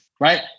right